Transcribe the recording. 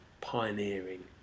pioneering